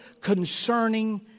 concerning